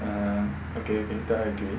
(uh huh) okay okay that one I agree